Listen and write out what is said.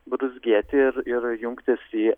bruzgėti ir ir jungtis į